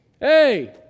hey